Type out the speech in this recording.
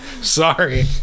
Sorry